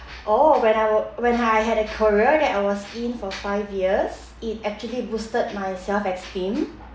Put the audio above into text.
oh when I w~ when I had a career that I was in for five years it actually boosted my self-esteem